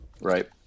Right